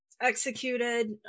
executed